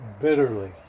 bitterly